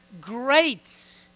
great